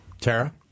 Tara